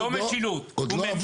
הוא לא משילות, הוא ממשלתיות.